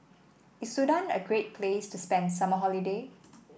is Sudan a great place to spend summer holiday